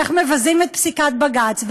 איך מבזים את פסיקת בג"ץ,